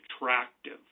attractive